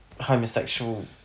homosexual